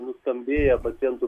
nuskambėję pacientų